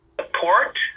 support